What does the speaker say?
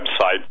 website